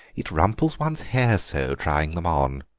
it rumples one's hair so, trying them on.